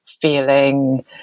feeling